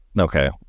Okay